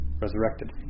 resurrected